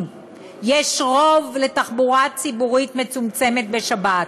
יש רוב לתחבורה ציבורית מצומצמת בשבת.